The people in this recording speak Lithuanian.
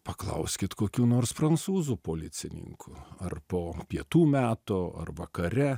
paklauskit kokių nors prancūzų policininkų ar po pietų meto ar vakare